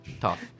tough